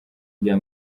rya